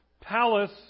palace